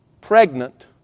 pregnant